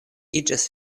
iĝas